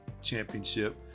championship